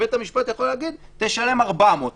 בית המשפט יכול להגיד: תשלם 400 דולר לחודש.